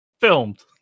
filmed